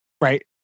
Right